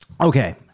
Okay